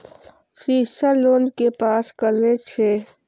शिक्षा लोन के पास करें छै?